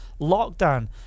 lockdown